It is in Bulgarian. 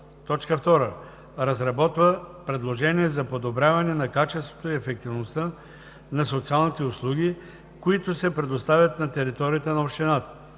2. разработва предложения за подобряване на качеството и ефективността на социалните услуги, които се предоставят на територията на общината;